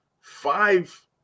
five